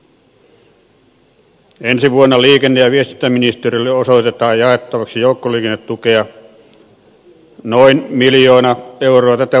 ensi vuonna liikenne ja viestintäministeriölle osoitetaan jaettavaksi joukkoliikennetukea noin miljoona euroa tätä vuotta vähemmän